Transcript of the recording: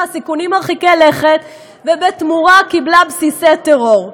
סיכונים מרחיקי לכת ובתמורה קיבלה בסיסי טרור.